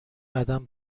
قدم